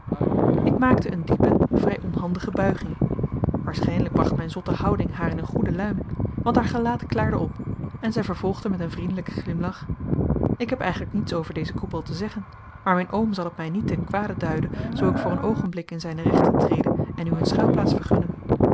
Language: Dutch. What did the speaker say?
ik maakte een diepe vrij onhandige buiging waarschijnlijk bracht mijn zotte houding haar in een goede luim want haar gelaat klaarde op en zij vervolgde met een vriendelijken glimlach ik heb eigenlijk niets over dezen koepel te zeggen maar mijn oom zal het mij niet ten kwade duiden zoo ik voor een oogenblik in zijne rechten trede en u een schuilplaats vergunne